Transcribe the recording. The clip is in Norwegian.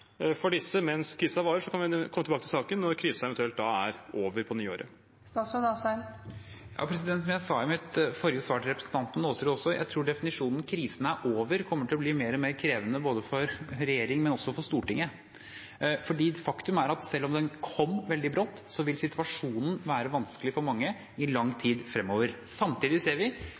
for disse mens krisen varer, og så kan vi komme tilbake til saken når krisen eventuelt er over, på nyåret. Som jeg også sa i mitt forrige svar, til representanten Aasrud: Jeg tror definisjonen «krisen er over» kommer til å bli mer og mer krevende både for regjeringen og også for Stortinget, for faktum er at selv om den kom veldig brått, vil situasjonen være vanskelig for mange i lang tid fremover. Samtidig ser vi